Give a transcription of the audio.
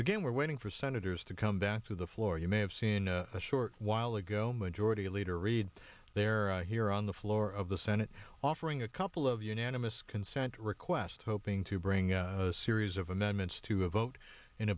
again we're waiting for senators to come back to the floor you may have seen a short while ago majority leader reid there here on the floor of the senate offering a couple of unanimous consent request hoping to bring a series of amendments to a vote in